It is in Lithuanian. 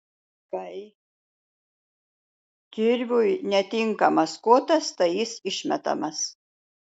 kai kirviui netinkamas kotas tai jis išmetamas